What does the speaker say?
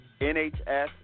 NHS